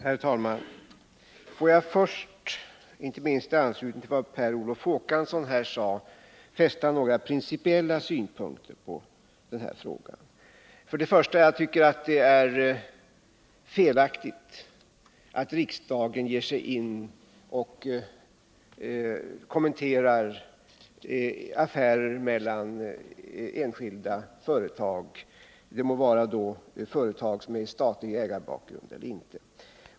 Herr talman! Får jag först, inte minst i anslutning till vad Per Olof Håkansson här sade, anlägga några principiella synpunkter på denna fråga. Först och främst tycker jag att det är felaktigt att riksdagen ger sig in och kommenterar affärer mellan enskilda företag, det må vara företag med statlig ägarbakgrund eller inte.